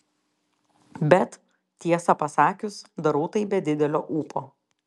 bet tiesą pasakius darau tai be didelio ūpo